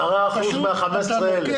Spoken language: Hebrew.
אחוזים מה-15,000.